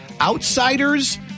Outsiders